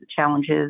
challenges